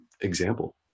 example